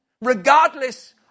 Regardless